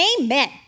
Amen